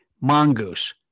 mongoose